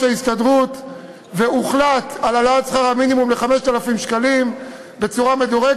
ההסתדרות והוחלט להעלות את שכר המינימום ל-5,000 שקלים בהדרגה.